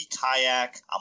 kayak